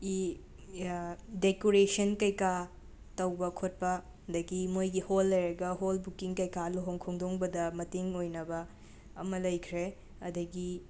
E decoration ꯀꯩ ꯀꯥ ꯇꯧꯕ ꯈꯣꯠꯄ ꯑꯗꯒꯤ ꯃꯣꯏꯒꯤ ꯍꯣꯜ ꯂꯩꯔꯒ ꯍꯣꯜ ꯕꯨꯀꯤꯡ ꯀꯩꯀꯥ ꯂꯨꯍꯣꯡ ꯈꯣꯡꯗꯣꯡꯕꯗ ꯃꯇꯦꯡ ꯑꯣꯏꯅꯕ ꯑꯃ ꯂꯩꯈ꯭ꯔꯦ ꯑꯗꯒꯤ